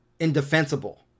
indefensible